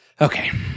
Okay